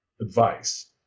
advice